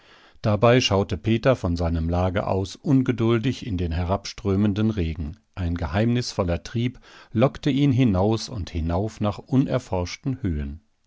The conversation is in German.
dabei schaute peter von seinem lager aus ungeduldig in den herabströmenden regen ein geheimnisvoller trieb lockte ihn hinaus und hinauf nach unerforschten höhen